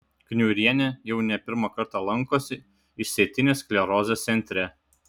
kniurienė jau ne pirmą kartą lankosi išsėtinės sklerozės centre